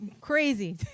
crazy